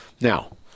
Now